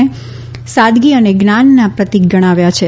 કલામને સાદગી અને જ્ઞાનના પ્રતિક ગણાવ્યા છે